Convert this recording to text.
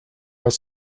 are